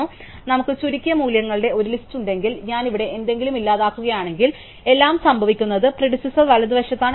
അതിനാൽ നമുക്ക് ചുരുക്കിയ മൂല്യങ്ങളുടെ ഒരു ലിസ്റ്റ് ഉണ്ടെങ്കിൽ ഞാൻ ഇവിടെ എന്തെങ്കിലും ഇല്ലാതാക്കുകയാണെങ്കിൽ എല്ലാം സംഭവിക്കുന്നത് പ്രിഡിസെസാർ വലതുവശത്താണ് എന്നതാണ്